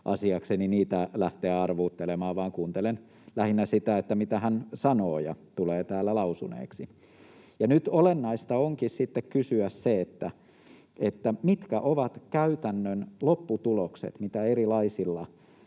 asiakseni niitä lähteä arvuuttelemaan, vaan kuuntelen lähinnä sitä, mitä hän sanoo ja tulee täällä lausuneeksi. Nyt olennaista onkin kysyä, mitkä ovat käytännön lopputulokset, mitä erilaisilla